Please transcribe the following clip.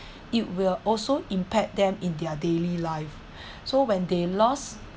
it will also impact them in their daily life so when they lost